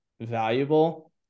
valuable